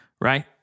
right